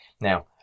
Now